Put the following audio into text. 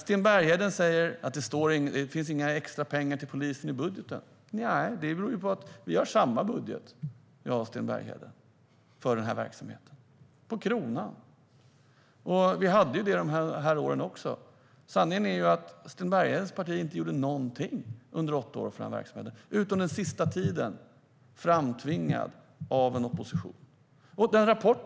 Sten Bergheden säger att det inte finns några extra pengar till polisen i budgeten. Nej, det beror på att jag och Sten Bergheden har samma budget, på kronan, för den här verksamheten. Vi hade det de här åren också. Sanningen är att Sten Berghedens parti inte gjorde någonting för den här verksamheten under åtta år utom den sista tiden då det var framtvingat av oppositionen.